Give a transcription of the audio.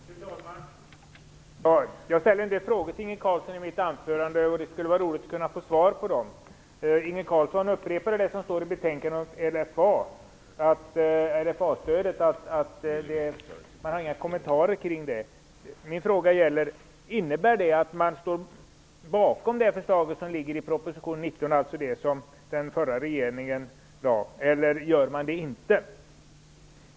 Fru talman! Jag ställde en del frågor till Inge Carlsson i mitt anförande. Det skulle vara roligt att få svar på dem. Inge Carlsson upprepade det som står i betänkandet om LFA-stödet, att man inte har några kommentarer till det. Min fråga gäller: Innebär det att man står bakom det förslag som förs fram i proposition 19, alltså det som den förra regeringen lade fram, eller gör man det inte?